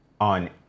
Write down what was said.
on